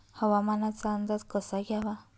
हवामानाचा अंदाज कसा घ्यावा?